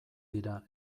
dira